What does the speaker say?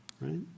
right